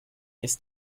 ist